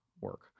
work